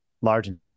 large